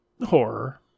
horror